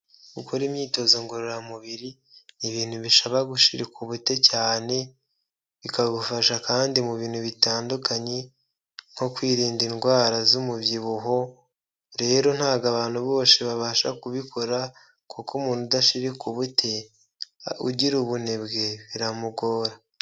Gukora imyitozo ngororamubiri ni ibintu bisaba gushirika ubute cyane bikagufasha kandi mu bintu bitandukanye nko kwirinda indwara z'umubyibuho rero ntabwo abantu bose babasha kubikora kuko umuntu udashirika ubute ugira ubunebwe biramugora.